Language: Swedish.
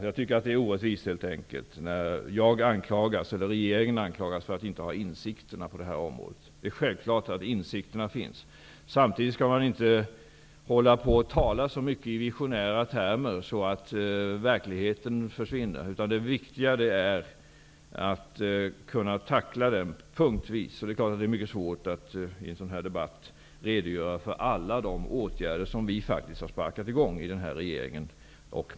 Jag tycker att det är orättvist när jag eller regeringen anklagas för att inte ha insikter på detta område. Insikterna finns självfallet. Samtidigt skall vi inte tala så mycket i visionära termer. Då försvinner verkligheten. Det viktiga är att kunna tackla problemen punktvis. Det är mycket svårt att i en sådan här debatt redogöra för alla de åtgärder som vi i regeringen faktiskt har sparkat i gång.